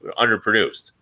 underproduced